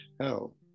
hell